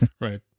Right